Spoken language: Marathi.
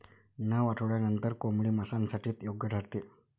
नऊ आठवड्यांनंतर कोंबडी मांसासाठी योग्य ठरते